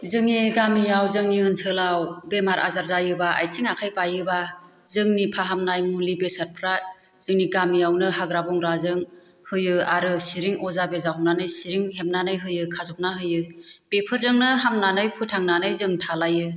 जोंनि गामिआव जोंनि ओनसोलाव बेमार आजार जायोबा आथिं आखाय बायोबा जोंनि फाहामनाय मुलि बेसादफ्रा जोंनि गामिआवनो हाग्रा बंग्राजों होयो आरो सिरिं अजा बेजा होनानै सिरिं हेबनानै होयो खाजबनानै होयो बेफोरजोंनो हामनानै फोथांनानै जों थालायो